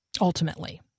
ultimately